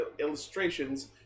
illustrations